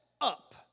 up